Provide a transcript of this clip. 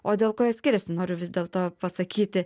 o dėl ko jie skiriasi noriu vis dėlto pasakyti